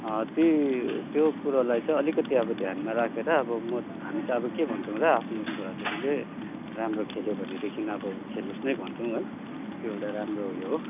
ती त्यो कुरोलाई चाहिँ अलिकति अब ध्यानमा राखेर अब म हामी त अब के भन्छौँ र आफ्नो छोराछोरीले राम्रो खेल्यो भनेदेखि अब खेलोस् नै भन्छौँ है त्यो एउटा राम्रो उयो हो